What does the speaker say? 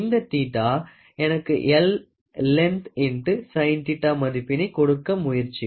இந்த தீட்டா எனக்கு L length X Sinθ மதிப்பினை கொடுக்க முயற்சிக்கும்